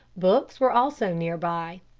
books were also near by.